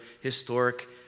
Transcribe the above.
historic